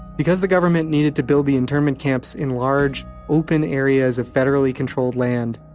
because the government needed to build the internment camps in large open areas of federally controlled land,